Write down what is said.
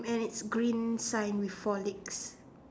and it's green sign four legs